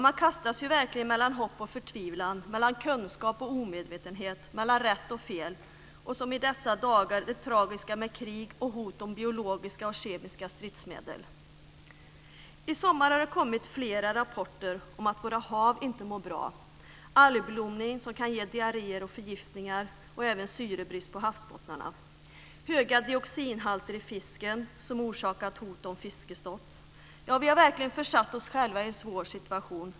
Man kastas verkligen mellan hopp och förtvivlan, mellan kunskap och omedvetenhet och mellan rätt och fel. I dessa dagar har vi det tragiska med krig och hot om biologiska och kemiska stridsmedel. I sommar har det kommit flera rapporter om att våra hav inte mår bra. Det har varit algblomning, som kan ge diarréer och förgiftningar, och även syrebrist på havsbottnarna. Höga dioxinhalter i fisken har orsakat hot om fiskestopp. Vi har verkligen försatt oss själva i en svår situation.